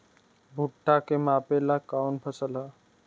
भूट्टा के मापे ला कवन फसल ह?